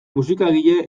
musikagile